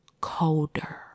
colder